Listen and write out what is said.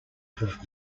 have